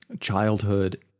childhood